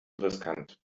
riskant